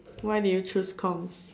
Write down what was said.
why did you choose comms